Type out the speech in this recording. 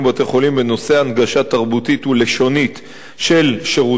בנושא הנגשה תרבותית ולשונית של שירותי הבריאות.